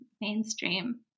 mainstream